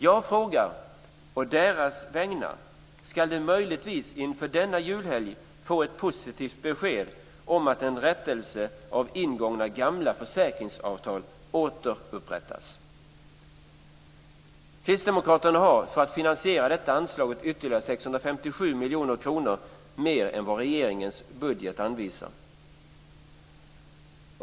Jag frågar å deras vägnar: Ska de möjligtvis inför denna julhelg få ett positivt besked om att en rättelse sker så att ingångna gamla försäkringsavtal återupprättas? Kristdemokraterna har för att finansiera detta anslagit ytterligare 657 miljoner kronor mer än vad regeringens budget anvisar.